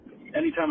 Anytime